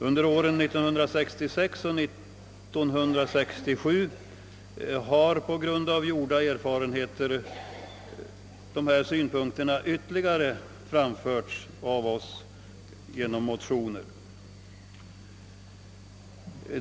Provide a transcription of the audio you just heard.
Under åren 1966 och 1967 har på grund av gjorda erfarenheter dessa synpunkter ytterligare firamförts genom motioner.